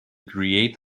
create